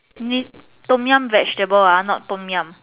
with Tom-Yum vegetable ah not Tom-Yum